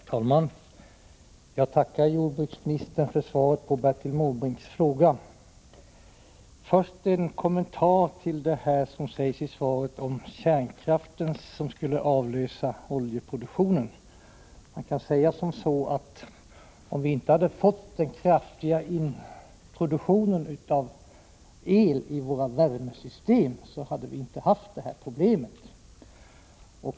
Herr talman! Jag tackar jordbruksministern för svaret på Bertil Måbrinks fråga. Först en kommentar till det som sägs i svaret om kärnkraften som skulle avlösa oljeproduktionen. Man kan säga att om vi inte fått den kraftiga introduktionen av el i våra värmesystem hade vi inte haft detta problem.